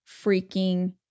freaking